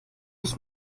ich